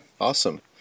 awesome